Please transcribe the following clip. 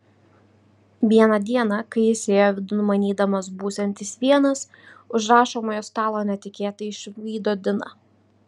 vieną dieną kai jis įėjo vidun manydamas būsiantis vienas už rašomojo stalo netikėtai išvydo diną